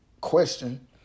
question